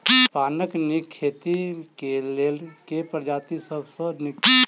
पानक नीक खेती केँ लेल केँ प्रजाति सब सऽ नीक?